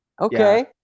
Okay